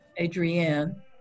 Adrienne